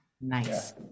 Nice